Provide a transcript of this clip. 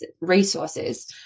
resources